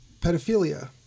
pedophilia